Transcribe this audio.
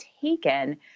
taken